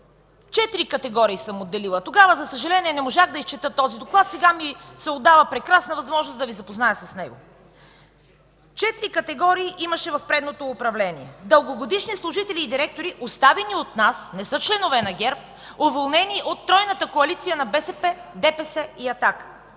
Четири категории съм отделила. Тогава, за съжаление, не можах да изчета този доклад, сега ми се отдава прекрасна възможност да Ви запозная с него. Четири категории имаше в предишното управление: дългогодишни служители и директори, оставени от нас, които не са членове на ГЕРБ, уволнени от тройната коалиция на БСП, ДПС и